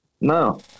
No